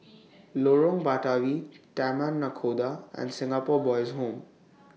Lorong Batawi Taman Nakhoda and Singapore Boys' Home